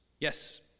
Yes